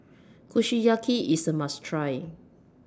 Kushiyaki IS A must Try